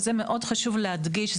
וזה מאוד חשוב להדגיש,